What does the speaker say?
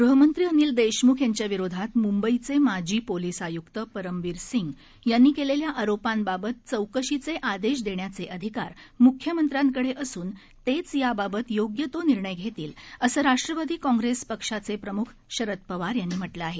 गृहमंत्री अनिल देशमुख यांच्याविरोधात मुंबईचे माजी पोलीस आयुक्त परमवीर सिंग यांनी केलेल्या आरोपांबाबत चौकशीचे आदेश देण्याचे अधिकार मुख्यमंत्र्यांकडे असून तेच याबाबत योग्य तो निर्णय घेतील असं राष्ट्रवादी काँग्रेस पक्षाचे प्रमुख शरद पवार यांनी म्हटलं आहे